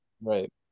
right